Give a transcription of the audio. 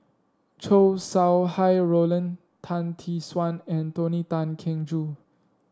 Chow Sau Hai Roland Tan Tee Suan and Tony Tan Keng Joo